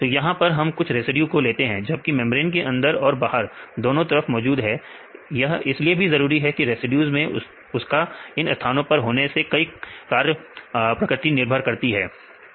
तो यहां पर हम कुछ रेसिड्यूज को लेते हैं जोकि मेंब्रेन के अंदर और बाहर दोनों तरफ मौजूद है यह इसलिए जरूरी है की रेसिड्यूज में उसका इन स्थानों पर होने से इनकी कार्य प्रकृति निर्भर करती है